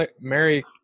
mary